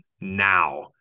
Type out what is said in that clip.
now